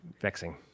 vexing